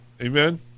Amen